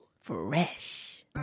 fresh